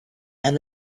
and